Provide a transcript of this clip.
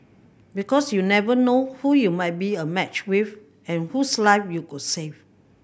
because you never know who you might be a match with and whose life you could save